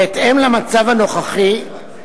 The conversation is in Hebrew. בהתאם למצב הנוכחי,